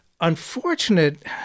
unfortunate